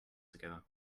together